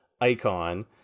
icon